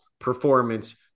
performance